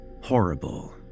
horrible